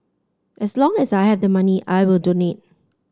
as long as I have the money I will donate